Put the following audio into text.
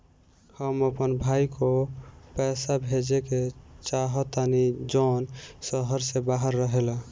हम अपन भाई को पैसा भेजे के चाहतानी जौन शहर से बाहर रहेला